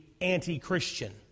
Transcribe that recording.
anti-Christian